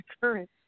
current